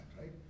right